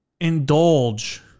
indulge